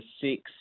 six